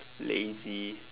lazy